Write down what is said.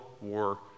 War